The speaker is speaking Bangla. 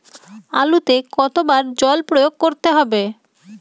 আলুতে কতো বার জল প্রয়োগ করতে হবে?